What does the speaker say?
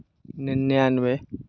निन्यानवे